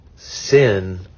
sin